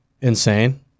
insane